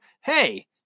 Hey